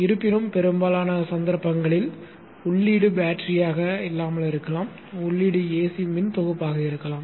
இருப்பினும் பெரும்பாலான சந்தர்ப்பங்களில் உள்ளீடு பேட்டரியாக இல்லாமல் இருக்கலாம் உள்ளீடு ஏசி மின்தொகுப்பாக இருக்கலாம்